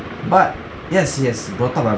but yes yes you brought up a